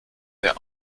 der